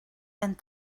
and